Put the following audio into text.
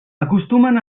acostumen